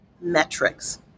metrics